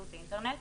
באמצעות אינטרנט,